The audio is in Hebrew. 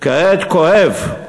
כעת כואב,